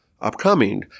upcoming